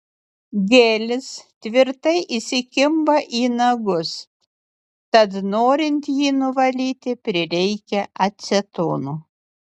gelis tvirtai įsikimba į nagus tad norint jį nuvalyti prireikia acetono